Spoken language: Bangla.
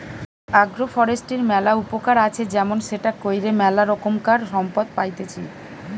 আগ্রো ফরেষ্ট্রীর ম্যালা উপকার আছে যেমন সেটা কইরে ম্যালা রোকমকার সম্পদ পাইতেছি